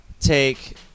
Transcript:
take